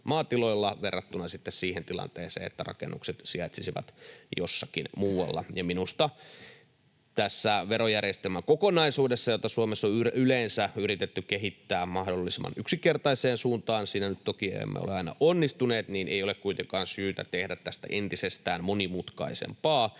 verrattuna sitten siihen tilanteeseen, että rakennukset sijaitsisivat jossakin muualla, ja minusta tässä verojärjestelmäkokonaisuudessa, jota Suomessa on yleensä yritetty kehittää mahdollisimman yksinkertaiseen suuntaan — siinä nyt toki emme ole aina onnistuneet — ei ole kuitenkaan syytä tehdä tästä entistä monimutkaisempaa,